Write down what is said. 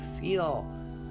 feel